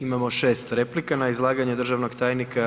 Imamo 6 replika na izlaganje državnog tajnika.